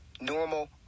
normal